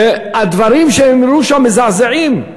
והדברים שנאמרו שם מזעזעים.